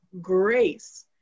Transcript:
grace